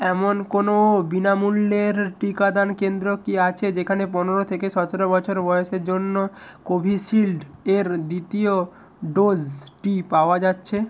এমন কোনও বিনামূল্যের টিকাদান কেন্দ্র কি আছে যেখানে পনেরো থেকে সতেরো বছর বয়সের জন্য কোভিশিল্ডের দ্বিতীয় ডোজটি পাওয়া যাচ্ছে